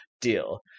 deal